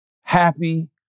happy